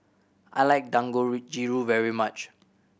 I like very much